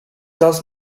does